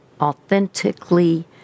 authentically